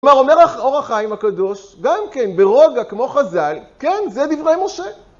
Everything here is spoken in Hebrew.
כלומר, אומר אורך חיים הקדוש, גם כן, ברוגע כמו חז"ל, כן, זה דברי משה.